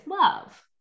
love